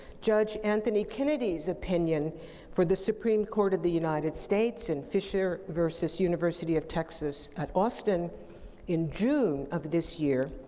judge anthony kennedy's opinion for the supreme court of the united states in fisher versus university of texas at austin in june of this year.